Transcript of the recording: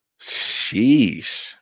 Sheesh